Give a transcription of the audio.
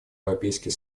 европейский